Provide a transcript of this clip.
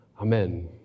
Amen